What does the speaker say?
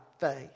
faith